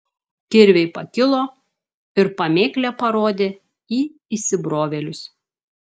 kirviai pakilo ir pamėklė parodė į įsibrovėlius